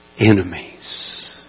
enemies